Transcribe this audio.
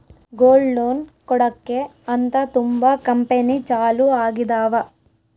gold loan ಕೊಡಕ್ಕೆ ಅಂತ ತುಂಬಾ ಕಂಪೆನಿ ಚಾಲೂ ಆಗಿದಾವ